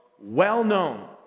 well-known